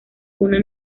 una